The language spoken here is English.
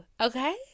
Okay